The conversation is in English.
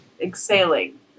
exhaling